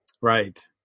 Right